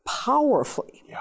powerfully